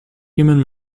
human